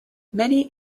many